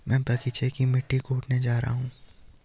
मैं बगीचे की मिट्टी कोडने जा रहा हूं